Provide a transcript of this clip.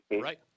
Right